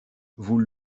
vous